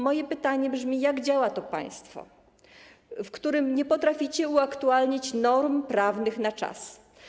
Moje pytanie brzmi: Jak działa to państwo, w którym nie potraficie uaktualnić norm prawnych na czas?